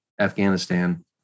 afghanistan